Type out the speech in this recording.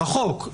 מרחוק.